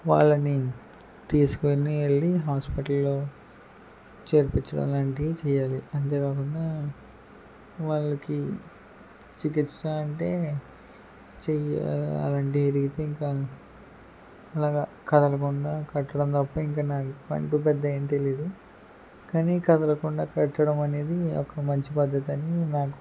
వాళ్ళని తీసుకుని వెళ్లి హాస్పిటల్లో చేర్పించడం లాంటివి చేయాలి అంతే కాకుండా వాళ్ళకి చికిత్స అంటే చెయ్య అలాంటివి విరిగితే ఇక అలాగ కదలకుండా కట్టడం తప్ప ఇంకా నాకు అంటూ పెద్ద ఏం తెలీదు కానీ కదలకుండా కట్టడం అనేది ఒక మంచి పద్ధతి అని నాకు